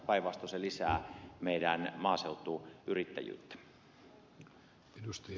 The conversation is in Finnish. päinvastoin se lisää meidän maaseutuyrittäjyyttä